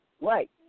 Right